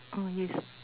ah yes